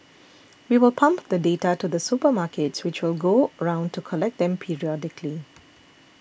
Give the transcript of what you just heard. we will pump the data to the supermarkets which will go round to collect them periodically